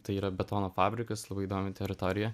tai yra betono fabrikas labai įdomi teritorija